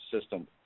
system